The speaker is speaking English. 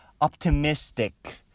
optimistic